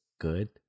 good